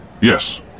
Yes